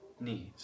knees